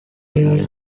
years